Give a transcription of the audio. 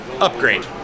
upgrade